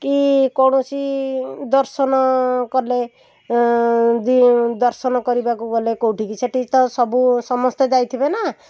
କି କୌଣସି ଦର୍ଶନ କଲେ ଦର୍ଶନ କରିବାକୁ ଗଲେ କେଉଁଠିକି ସେଠି ତ ସବୁ ସମସ୍ତେ ଯାଇଥିବେ ନା